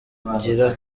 ubugira